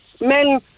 men